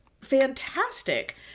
fantastic